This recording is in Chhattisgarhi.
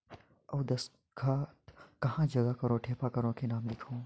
अउ दस्खत कहा जग करो ठेपा करो कि नाम लिखो?